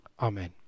Amen